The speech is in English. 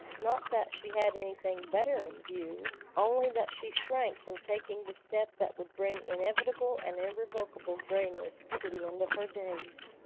not that she had anything better in view only that she shrank from taking the step that would bring inevitable and irrevocable grayness to the end of her days.